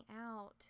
out